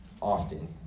often